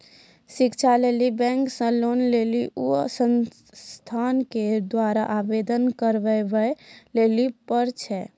शिक्षा लेली बैंक से लोन लेली उ संस्थान के द्वारा आवेदन करबाबै लेली पर छै?